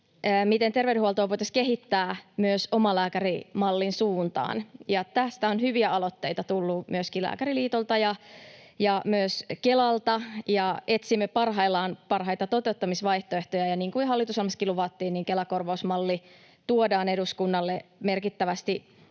miten terveydenhuoltoa voitaisiin kehittää myös omalääkärimallin suuntaan. Tästä on hyviä aloitteita tullut myöskin Lääkäriliitolta ja myös Kelalta, ja etsimme parhaillaan parhaita toteuttamisvaihtoehtoja. Ja niin kuin hallitusohjelmassakin luvattiin, niin Kela-korvausmalli tuodaan eduskunnalle merkittävästi